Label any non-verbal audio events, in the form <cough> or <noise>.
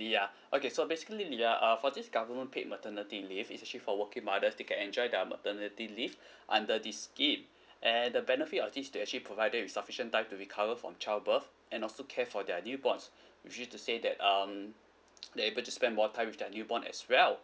lia okay so basically lia uh for this government paid maternity leave it's actually for working mothers they can enjoy their maternity leave under this scheme and the benefit of this to actually provided with sufficient time to recover from childbirth and also care for their newborns which means to say that um <noise> they're able to spend more time with their newborn as well